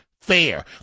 fair